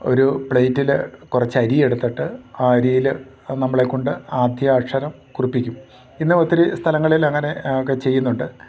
ഒരു പ്ലേറ്റിൽ കുറച്ചരിയെടുത്തിട്ട് ആ അരിയിൽ നമ്മളെക്കൊണ്ട് ആദ്യാക്ഷരം കുറിപ്പിക്കും ഇന്ന് ഒത്തിരി സ്ഥലങ്ങളിൽ അങ്ങനെ ഒക്കെ ചെയ്യുന്നുണ്ട്